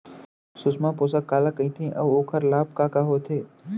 सुषमा पोसक काला कइथे अऊ ओखर लाभ का का होथे?